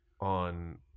on –